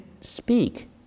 speak